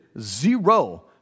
zero